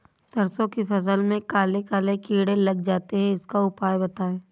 सरसो की फसल में काले काले कीड़े लग जाते इसका उपाय बताएं?